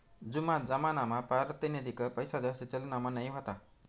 जूना जमानामा पारतिनिधिक पैसाजास्ती चलनमा नयी व्हता